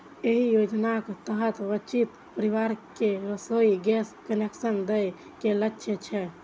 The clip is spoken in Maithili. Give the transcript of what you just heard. एहि योजनाक तहत वंचित परिवार कें रसोइ गैस कनेक्शन दए के लक्ष्य छै